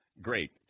great